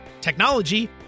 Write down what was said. technology